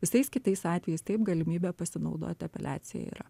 visais kitais atvejais taip galimybę pasinaudot apeliacija yra